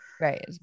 Right